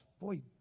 Boy